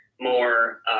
more